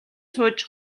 сууж